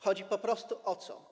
Chodzi o prostu o co?